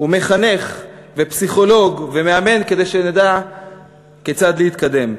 ומחנך ופסיכולוג ומאמן, כדי שנדע כיצד להתקדם.